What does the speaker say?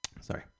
Sorry